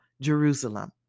Jerusalem